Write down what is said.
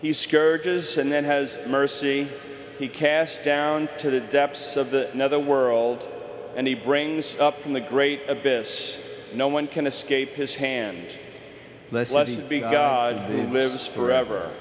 he scourges and then has mercy he cast down to the depths of the another world and he brings up from the great abyss no one can escape his hand let's let it be god lives forever